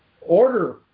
order